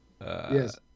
yes